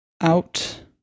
out